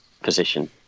position